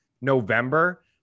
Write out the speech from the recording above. November